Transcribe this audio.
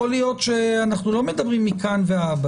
להיות שאנחנו לא מדברים מכאן והלאה.